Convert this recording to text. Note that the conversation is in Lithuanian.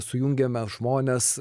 sujungiame žmones